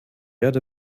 erde